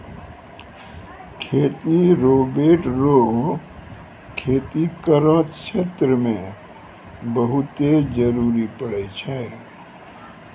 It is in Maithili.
खेती रोवेट रो खेती करो क्षेत्र मे बहुते जरुरी पड़ै छै